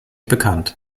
bekannt